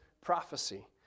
prophecy